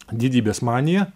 didybės manija